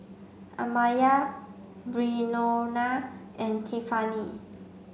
Amaya Breonna and Tiffani